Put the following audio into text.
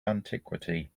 antiquity